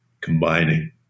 combining